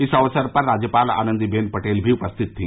इस अवसर पर राज्यपाल आनन्दीबेन पटेल भी उपस्थित थी